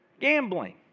Gambling